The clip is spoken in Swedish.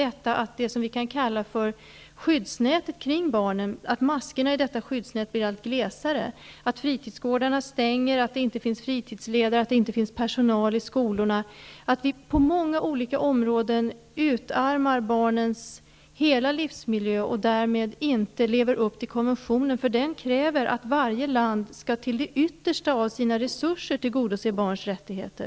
Det handlar om att maskorna i det vi kan kalla skyddsnätet kring barnen blir allt glesare, att fritidsgårdarna stänger, att det inte finns fritisledare, att det inte finns personal i skolorna, att vi på många olika områden utarmar barnens hela livsmiljö och därmed inte lever upp till konventionen, eftersom den kräver att varje land till det yttersta av sina resurser skall tillgodose barns rättigheter.